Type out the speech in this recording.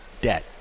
debt